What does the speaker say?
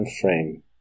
frame